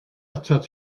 atat